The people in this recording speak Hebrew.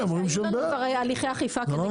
אתם נגד ייבוא מקביל?